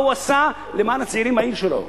מה הוא עשה למען הצעירים בעיר שלו.